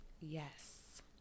Yes